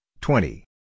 twenty